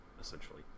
essentially